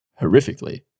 horrifically